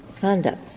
conduct